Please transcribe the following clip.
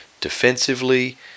Defensively